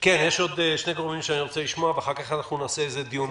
עוד שני גורמים שאני רוצה לשמוע ואחר כך נעשה דיון